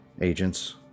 agents